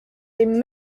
dem